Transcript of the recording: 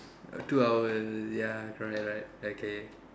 two hours ya right right okay